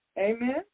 Amen